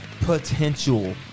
potential